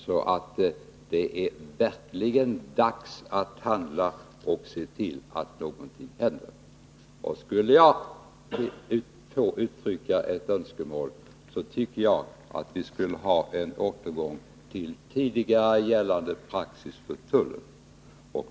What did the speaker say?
Så det är verkligen dags att se till att någonting händer. Och skulle jag få uttrycka ett önskemål tycker jag att det borde bli en återgång till tidigare gällande praxis inom tullen.